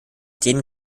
denen